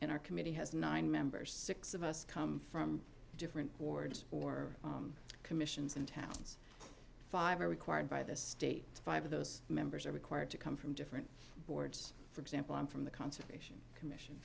in our committee has nine members six of us come from different wards or commissions in towns five are required by the state five of those members are required to come from different boards for example i'm from the conservation commission